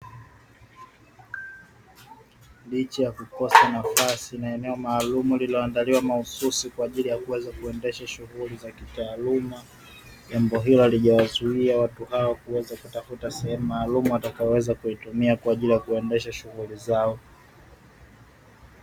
Licha ya kukosa nafasi na eneo maalumu lililoandaliwa mahususi kwa ajili ya kuweza kuendesha shughuli za kitaaluma, jambo hilo halijawazuia watu hawa kuweza kutafuta sehemu maalumu watakayoweza kuitumia kwa ajili ya kuendesha shughuli zao.